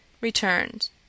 returned